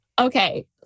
okay